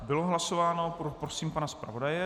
Bylo hlasováno poprosím pana zpravodaje.